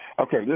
Okay